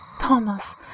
Thomas